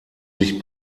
sich